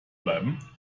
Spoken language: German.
bleiben